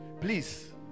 Please